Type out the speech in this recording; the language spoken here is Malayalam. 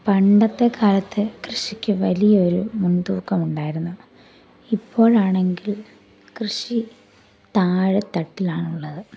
പണ്ടത്തെ കാലത്ത് കൃഷിയ്ക്ക് വലിയ ഒരു മുൻതൂക്കം ഉണ്ടായിരുന്നു ഇപ്പോഴാണെങ്കിൽ കൃഷി താഴെ തട്ടിലാണുള്ളത്